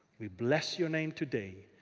we bless your name today.